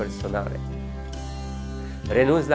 but it was